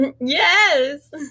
Yes